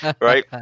right